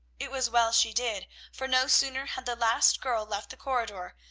it was well she did for no sooner had the last girl left the corridor,